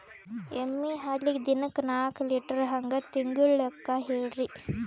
ಎಮ್ಮಿ ಹಾಲಿಗಿ ದಿನಕ್ಕ ನಾಕ ಲೀಟರ್ ಹಂಗ ತಿಂಗಳ ಲೆಕ್ಕ ಹೇಳ್ರಿ?